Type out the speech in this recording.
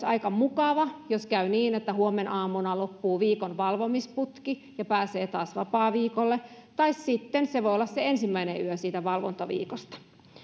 aika mukava jos käy niin että huomenaamuna loppuu viikon valvomisputki ja pääsee taas vapaaviikolle tai sitten se voi olla se ensimmäinen yö siitä valvontaviikosta